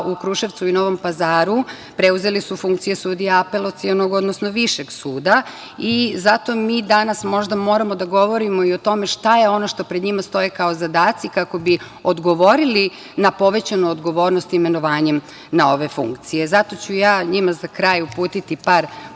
u Kruševcu i Novom Pazaru preuzeli su funkcije sudija Apelacionog, odnosno Višeg suda i zato mi danas možda moramo da govorimo i o tome šta je ono što pred njima stoje kao zadaci, kako bi odgovorili na povećanu odgovornost imenovanjem na ove funkcije. Zato ću ja njima za kraj uputiti par poruka,